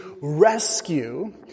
rescue